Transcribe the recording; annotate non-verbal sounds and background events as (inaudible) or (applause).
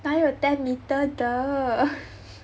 哪里有 ten metre 的 (laughs)